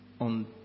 on